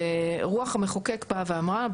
ורוח המחוקק באה ואמרה,